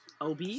OB